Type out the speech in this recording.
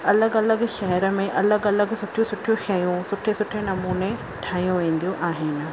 अलॻि अलॻि शहर में अलॻि अलॻि सुठी सुठी शयूं सुठे सुठे नमूने ठाहियूं वेंदियूं आहिनि